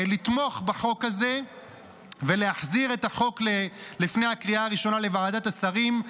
לתמוך בחוק הזה ולהחזיר את החוק לפני הקריאה הראשונה לוועדת השרים.